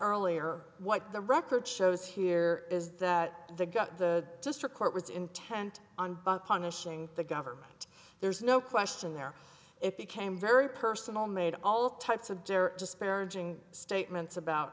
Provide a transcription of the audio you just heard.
earlier what the record shows here is that the got the district court was intent on but punishing the government there's no question there it became very personal made all types of disparaging statements about